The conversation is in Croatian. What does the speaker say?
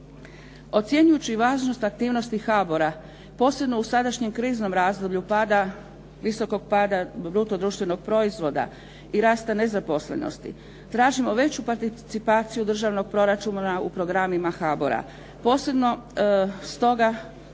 Ocjenjujući važno aktivnosti HABOR-a posebno u sadašnjem kriznom razdoblju pada, visokog pada brutodruštvenog proizvoda i rasta nezaposlenosti tražimo veću participaciju državnog proračuna u programima HABOR-a, posebno stoga